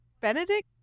Benedict